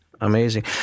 Amazing